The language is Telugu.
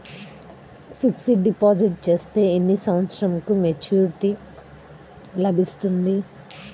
ఫిక్స్డ్ డిపాజిట్ చేస్తే ఎన్ని సంవత్సరంకు మెచూరిటీ లభిస్తుంది?